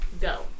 go